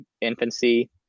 infancy